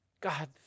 God